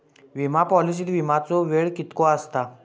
विमा पॉलिसीत विमाचो वेळ कीतको आसता?